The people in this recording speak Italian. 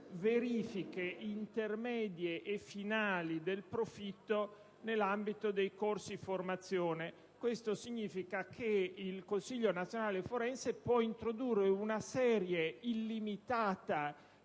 verifiche intermedie e finali del profitto nell'ambito dei corsi di formazione. Ciò significa che il Consiglio nazionale forense può introdurre una serie illimitata